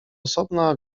osobna